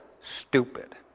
stupid